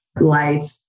life